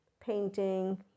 painting